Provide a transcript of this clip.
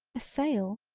a sale,